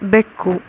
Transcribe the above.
ಬೆಕ್ಕು